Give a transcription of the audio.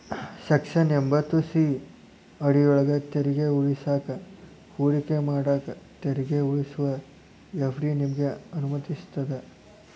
section ಎಂಭತ್ತು C ಅಡಿಯೊಳ್ಗ ತೆರಿಗೆ ಉಳಿಸಾಕ ಹೂಡಿಕೆ ಮಾಡಾಕ ತೆರಿಗೆ ಉಳಿಸುವ ಎಫ್.ಡಿ ನಿಮಗೆ ಅನುಮತಿಸ್ತದ